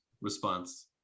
response